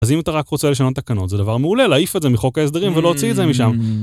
אז אם אתה רק רוצה לשנות תקנות זה דבר מעולה להעיף את זה מחוק ההסדרים ולא להוציא את זה משם.